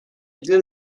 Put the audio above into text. ilgili